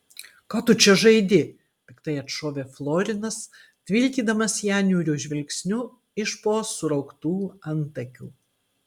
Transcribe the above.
ką tu čia žaidi piktai atšovė florinas tvilkydamas ją niūriu žvilgsniu iš po surauktų antakių